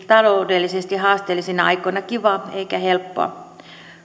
taloudellisesti haasteellisina aikoina kivaa eikä helppoa